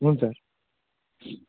అవును సార్